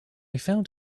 found